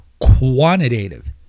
quantitative